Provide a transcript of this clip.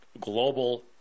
global